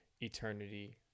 Eternity